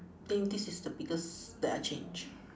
think this is the biggest that I change